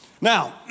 Now